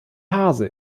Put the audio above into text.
hase